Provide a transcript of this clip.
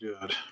good